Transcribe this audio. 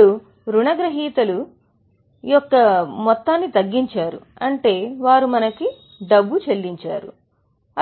ఇప్పుడు రుణగ్రహీతలు రుణగ్రహీత యొక్క తగ్గింపును తగ్గించారు అంటే వారు మనకు డబ్బు చెల్లించారు